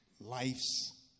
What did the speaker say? life's